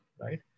right